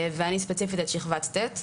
ואני ספציפית את שכבת ט',